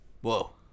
Whoa